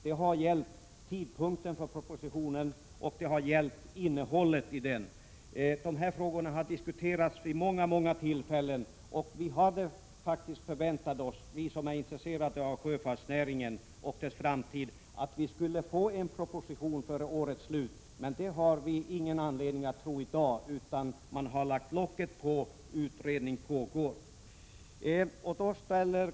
De har gällt tidpunkten för propositionen och innehållet i den. Dessa frågor har diskuterats vid många tillfällen. Vi som är intresserade av sjöfartsnäringen och dess framtid hade faktiskt förväntat oss att vi skulle få en proposition före årets slut. Men det har vi ingen anledning att tro i dag. Man har lagt locket på. Utredning pågår.